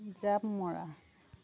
জাপ মৰা